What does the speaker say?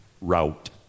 route